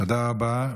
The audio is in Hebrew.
תודה רבה.